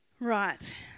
right